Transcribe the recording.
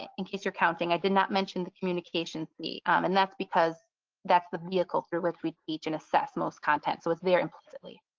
in case you're counting, i did not mention the communication. and that's because that's the vehicle through with with each and assess most content. so it's there implicitly.